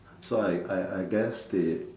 so I I I guess they